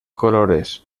colores